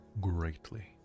greatly